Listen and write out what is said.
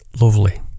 lovely